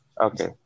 Okay